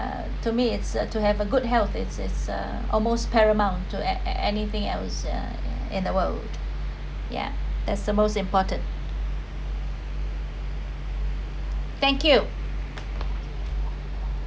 uh to me it's to have a good health it's it's a almost paramount to an~ an~ anything else in the world ya that’s the most important thank you